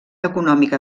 econòmica